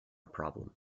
problem